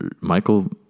Michael